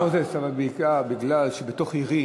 הרב מוזס, אבל מכיוון שבתוך עירי